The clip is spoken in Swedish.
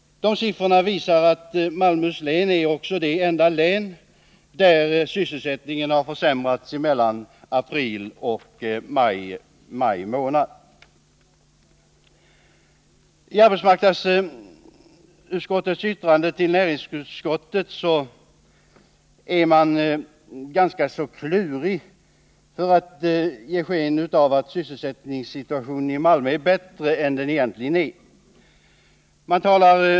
Dessa siffror visar att Malmöhus län är det enda län där sysselsättningen försämrats mellan april och maj månad. I arbetsmarknadsutskottets yttrande till näringsutskottet är man ganska klurig, för att ge sken av att sysselsättningssituationen i Malmö är bättre än den egentligen är.